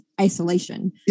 isolation